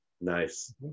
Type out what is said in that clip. Nice